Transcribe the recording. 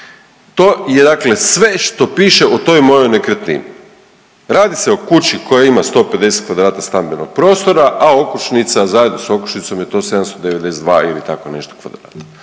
To je dakle sve što piše o toj mojoj nekretnini. Radi se o kući koja ima 150 kvadrata stambenog prostora, a okućnica, zajedno s okućnicom je to 792 ili tako nešto kvadrata.